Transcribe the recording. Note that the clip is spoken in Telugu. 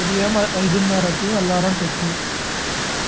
ఉదయం ఐదున్నరకి అలారం పెట్టు